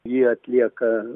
ji atlieka